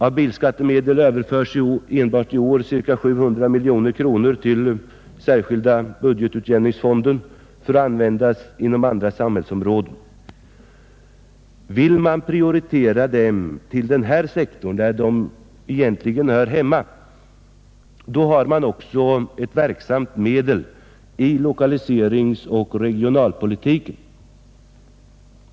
Av bilskattemedel överförs enbart i år ca 700 miljoner kronor till särskilda budgetutjämningsfonden för att användas inom andra samhällsområden. Om man vill prioritera denna sektor, där de egentligen hör hemma, har man också ett verksamt medel i lokaliseringsoch regionalpolitiken.